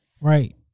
right